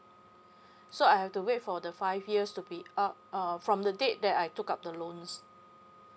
so I have to wait for the five years to be up uh from the date that I took up the loans